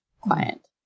client